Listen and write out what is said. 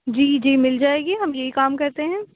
جی جی مل جائے گی ہم یہی کام کرتے ہیں